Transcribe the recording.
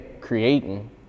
creating